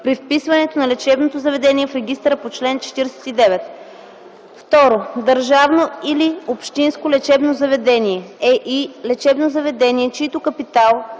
при вписването на лечебното заведение в регистъра по чл. 49. 2. „Държавно или общинско лечебно заведение” е и лечебно заведение, чийто капитал